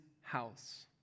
house